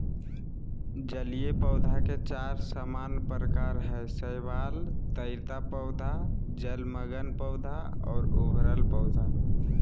जलीय पौधे के चार सामान्य प्रकार हइ शैवाल, तैरता पौधा, जलमग्न पौधा और उभरल पौधा